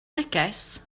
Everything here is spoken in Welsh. neges